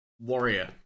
Warrior